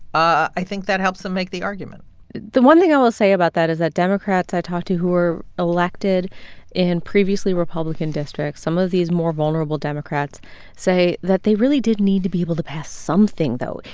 i think that helps them make the argument the one thing i will say about that is that democrats i talked to who were elected in previously republican districts some of these more vulnerable democrats say that they really did need to be able to pass something, though,